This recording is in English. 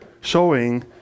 showing